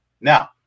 Now